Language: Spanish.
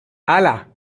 hala